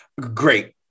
Great